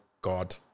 God